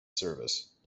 service